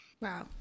Wow